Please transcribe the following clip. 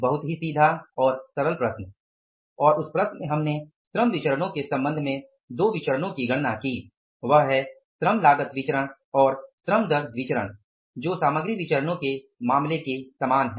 बहुत ही सीधा और सरल प्रश्न और उस प्रश्न में हमने श्रम विचरणो के संबंध में दो विचरणो की गणना की वह है श्रम लागत विचरण और श्रम दर विचरण की जो सामग्री विचरणो के मामले के समान है